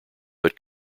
but